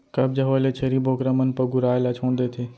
कब्ज होए ले छेरी बोकरा मन पगुराए ल छोड़ देथे